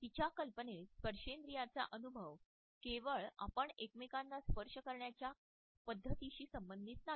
तिच्या कल्पनेत स्पर्शेंद्रियाचा अनुभव केवळ आपण एकमेकांना स्पर्श करण्याच्या पद्धतीशी संबंधित नाही